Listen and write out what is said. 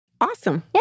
Awesome